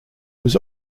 was